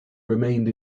remained